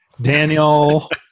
Daniel